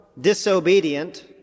disobedient